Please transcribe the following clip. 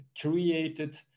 created